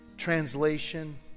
translation